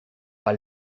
pas